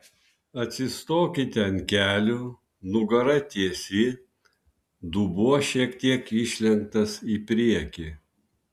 atsistokite ant kelių nugara tiesi dubuo šiek tiek išlenktas į priekį